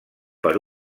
per